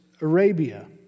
Arabia